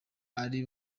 ari